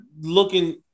looking